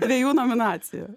dviejų nominacijų